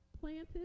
planted